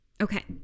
Okay